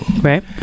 Right